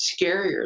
scarier